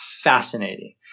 fascinating